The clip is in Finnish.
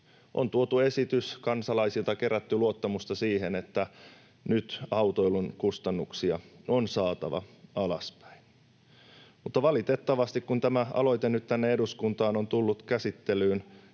On tuotu esitys ja kansalaisilta kerätty luottamusta siihen, että nyt autoilun kustannuksia on saatava alaspäin. Mutta valitettavasti, kun tämä aloite nyt tänne eduskuntaan on tullut käsittelyyn,